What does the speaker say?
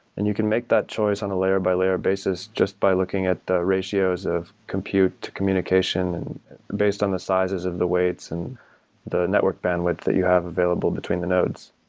and you can make that choice on a layer-by-layer basis just by looking at the ratios of compute communication and based on the sizes of the weights and the network bandwidth that you have available between the nodes.